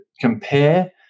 compare